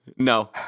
No